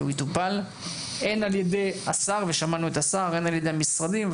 הוא מטופל על ידי השר ועל-ידי המשרדים.